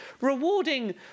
rewarding